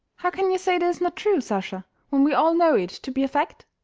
how can you say it is not true, sasha, when we all know it to be a fact?